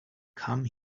come